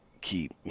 keep